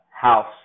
house